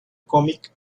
cómic